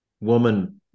woman